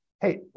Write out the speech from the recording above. Hey